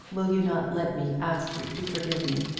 will you not let me ask you to forgive me?